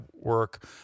work